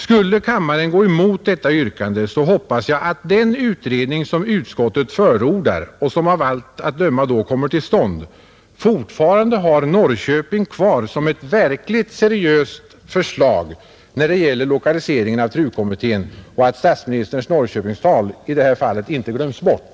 Skulle kammaren gå emot detta yrkande hoppas jag att den utredning, som utskottet förordar och som av allt att döma då kommer till stånd, fortfarande har Norrköping kvar som ett verkligt seriöst förslag när det gäller lokaliseringen av TRU-kommittén och att statsministerns Norrköpingstal i detta fall inte glöms bort.